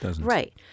Right